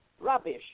rubbish